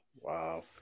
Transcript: Wow